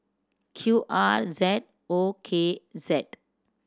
Q R Z O K Z